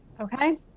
Okay